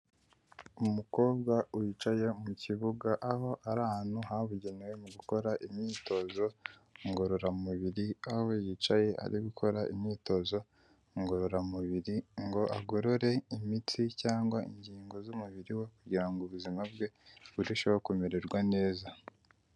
Umukobwa wicaye mu kibuga aho ari ahantu habugenewe mu gukora imyitozo ngororamubiri, aho yicaye ari gukora imyitozo ngororamubiri ngo agorore imitsi cyangwa ingingo z'umubiri we, kugira ngo ubuzima bwe burusheho kumererwa neza.